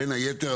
בין היתר,